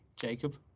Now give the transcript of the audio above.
Jacob